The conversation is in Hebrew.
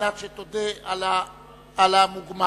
שתודה על המוגמר